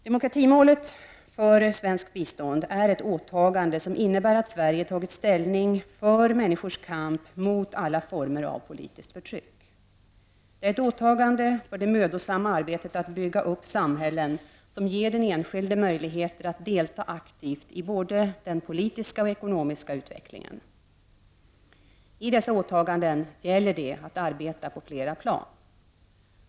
Demokratimålet för svenskt bistånd är ett åtagande som innebär att Sverige tagit ställning för människors kamp mot alla former av politiskt förtryck. Det är ett åtagande för det mödosamma arbetet att bygga upp samhällen som ger den enskilde möjligheter att delta aktivt i både den politiska och ekonomiska utvecklingen. I dessa åtaganden gäller det att arbeta på flera plan.